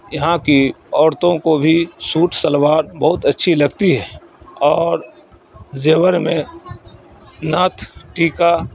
یہاں کی عورتوں کو بھی سوٹ شلوار بہت اچھی لگتی ہے اور زیور میں نتھ ٹیکا